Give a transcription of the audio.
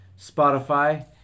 Spotify